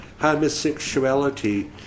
homosexuality